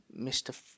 Mr